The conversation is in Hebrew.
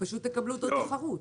לא,